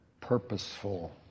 purposeful